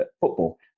football